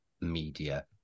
media